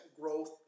growth